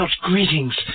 greetings